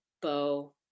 bow